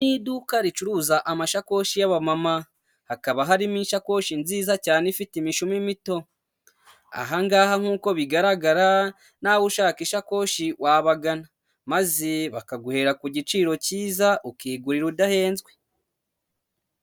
Iri ni iduka ricuruza amashakoshi y'abamama, hakaba harimo isakoshi nziza cyane ifite imishumi mito. Ahangaha nk'uko bigaragara nawe ushaka ishakoshi wabagana, maze bakaguhera ku giciro kiza ukigurira udahenzwe.